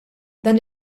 dan